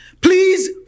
please